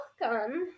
welcome